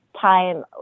time